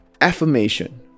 affirmation